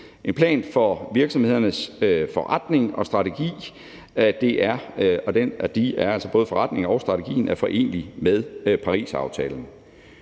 en plan for virksomhedernes forretning og strategi – og både forretning